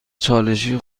چالشی